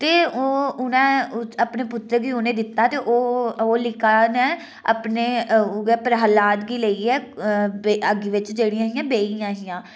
ते ओह् उ'नें ओह् अपने पुत्तरै गी उ'नें दित्ता ते ओह् होलिका ने अपने उ'ऐ प्रह्लाद गी लेइयै अग्गी बिच जेह्ड़ियां हियां बेही गेइयां हियां